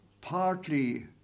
partly